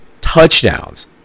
touchdowns